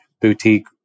boutique